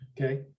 Okay